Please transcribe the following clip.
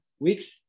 weeks